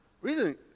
reason